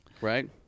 Right